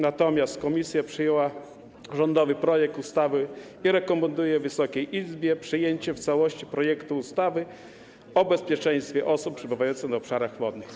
Natomiast komisja przyjęła rządowy projekt ustawy i rekomenduje Wysokiej Izbie przyjęcie w całości projektu ustawy o zmianie ustawy o bezpieczeństwie osób przebywających na obszarach wodnych.